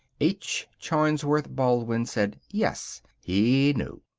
h. charnsworth baldwin said yes, he knew.